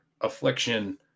affliction